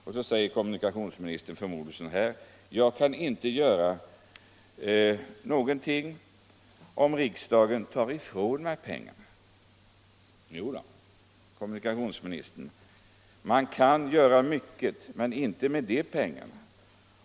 Detta säger nog kommunikationsministern och anför förmodligen vidare: Jag kan inte göra något om riksdagen tar pengarna från mig! Jo då, herr kommunikationsminister! Man kan göra mycket, men inte med de pengarna.